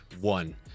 one